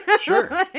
Sure